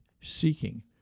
seeking